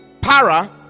Para